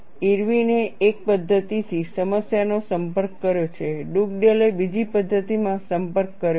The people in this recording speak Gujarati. ઇરવિને એક પદ્ધતિથી સમસ્યાનો સંપર્ક કર્યો છે ડુગડેલે બીજી પદ્ધતિમાં સંપર્ક કર્યો છે